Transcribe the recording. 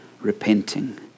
repenting